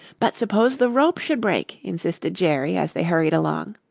but suppose the rope should break? insisted jerry as they hurried along.